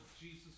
Jesus